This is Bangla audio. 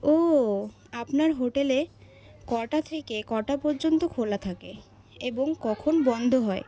ও আপনার হোটেলে কটা থেকে কটা পর্যন্ত খোলা থাকে এবং কখন বন্ধ হয়